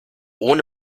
ohne